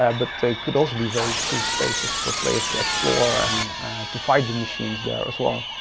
ah but they could also be very cool spaces for players to explore, and to fight the machines there, as well.